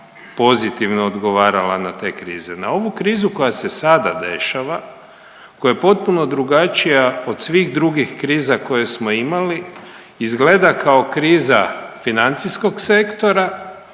pozitivno odgovarala na te krize. Na ovu krizu koja se sada dešava, koja je potpuno drugačija od svih drugih kriza koje smo imali izgleda kao kriza financijskog sektora,